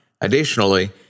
Additionally